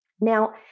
Now